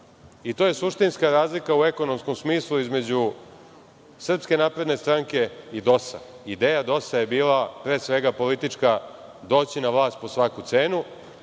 To je suštinska razlika u ekonomskom smislu između SNS i DOS-a, ideja DOS-a je bila, pre svega politička, doći na vlast po svaku cenu,